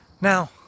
Now